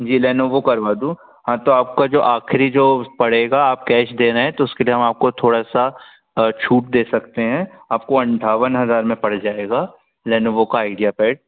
जी Lenovo करवा दूँ हाँ तो जो आपको आख़िरी जो पड़ेगा आप कैश दे रहे हैं तो उसके लिए हम आपको थोड़ा सी छूट दे सकते हैं आपको अट्ठावन हज़ार में पड़ जाएगा लेनोवो का आईडियापेड